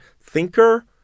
thinker